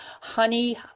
Honey